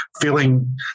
feeling